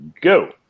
go